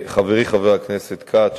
חברי חבר הכנסת כץ,